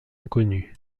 inconnue